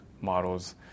models